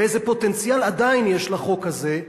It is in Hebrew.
ואיזה פוטנציאל עדיין יש לחוק הזה.